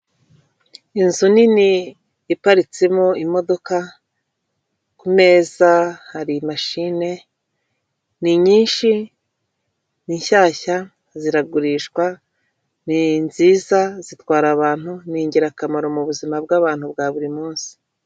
Inzu nini iparitsemo imodoka, ku meza hari imashine ni nyinshi ni shyashya ziragurishwa ni nziza zitwara abantu, ni ingirakamaro mu buzima bw'abantu bwa buri munsi.